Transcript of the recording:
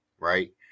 right